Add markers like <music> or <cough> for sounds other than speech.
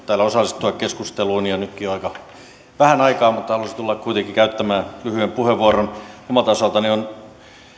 <unintelligible> täällä osallistua keskusteluun ja nytkin on aika vähän aikaa mutta halusin tulla kuitenkin käyttämään lyhyen puheenvuoron omalta osaltani on